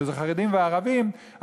שזה חרדים וערבים,